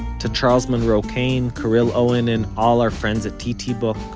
to charles monroe-kane, caryl owen and all our friends at ttbook,